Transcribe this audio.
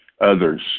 others